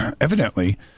evidently